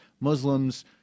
Muslims